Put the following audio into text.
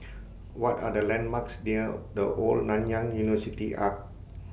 What Are The landmarks near The Old Nanyang University Arch